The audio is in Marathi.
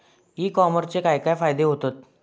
ई कॉमर्सचे काय काय फायदे होतत?